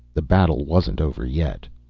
the battle wasn't over yet.